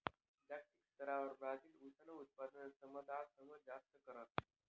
जागतिक स्तरवर ब्राजील ऊसनं उत्पादन समदासमा जास्त करस